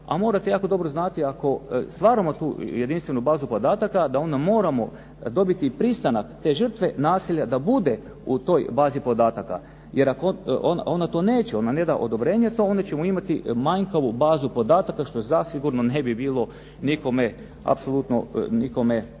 a morate jako dobro znati ako stvaramo tu jedinstvenu bazu podataka da onda moramo dobiti pristanak te žrtve nasilja da bude u toj bazi podataka jer ako ona to neće, ona ne da odobrenje, onda ćemo imati manjkavu bazu podataka što zasigurno ne bi bilo nikome, apsolutno nikome,